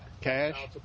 cash